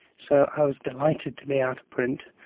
so i was delighted to be out of print.